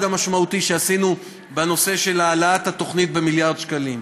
המשמעותי שעשינו בנושא של העלאת התוכנית במיליארד שקלים.